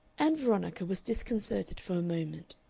ann veronica was disconcerted for a moment.